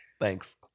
thanks